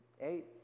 Eight